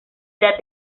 idea